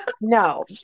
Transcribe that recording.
no